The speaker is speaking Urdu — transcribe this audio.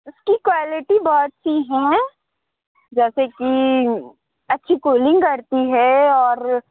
اس کی کوالٹی بہت سی ہیں جیسے کہ اچھی کولنگ کرتی ہے اور